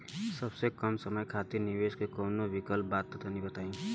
सबसे कम समय खातिर निवेश के कौनो विकल्प बा त तनि बताई?